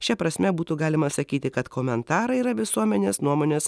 šia prasme būtų galima sakyti kad komentarai yra visuomenės nuomonės